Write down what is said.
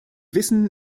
wissen